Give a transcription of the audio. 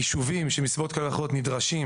יישובים שמסיבות כאלה ואחרות נדרשים